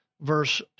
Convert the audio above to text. verse